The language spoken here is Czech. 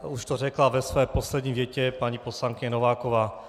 Už to řekla ve své poslední větě paní poslankyně Nováková.